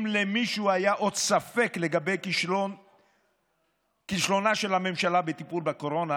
אם למישהו היה עוד ספק לגבי כישלונה של הממשלה בטיפול בקורונה,